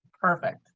perfect